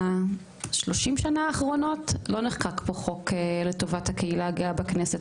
ב-30 שנה האחרונות לא נחקק פה חוק לטובת הקהילה הגאה בכנסת.